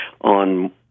on